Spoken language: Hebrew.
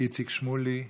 איציק שמולי,